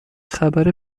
خبر